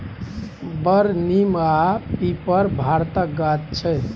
बर, नीम आ पीपर भारतक गाछ छै